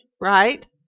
right